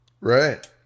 Right